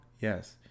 Yes